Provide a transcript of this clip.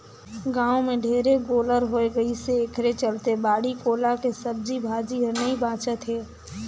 गाँव में ढेरे गोल्लर होय गइसे एखरे चलते बाड़ी कोला के सब्जी भाजी हर नइ बाचत हे